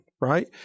right